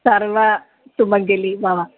सर्व सुमङ्गली भव